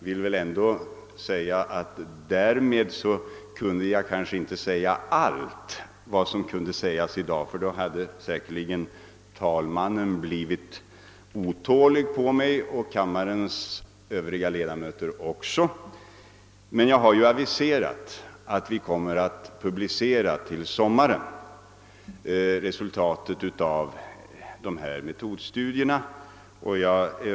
I svaret har jag ändå inte sagt allt som kan sägas — om jag hade gjort det hade säkerligen både talmannen och kammarens övriga ledamöter blivit otåliga. Jag har dock aviserat att vi till sommaren kommer att publicera resultatet av metodstudierna.